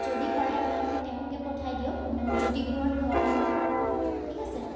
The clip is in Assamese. যদি পাৰে আপোনালোকে তেওঁকে পঠাই দিয়ক মোৰ জ্যোতিপুৰত ঘৰ মোৰ ঠিক আছে